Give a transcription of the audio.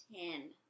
ten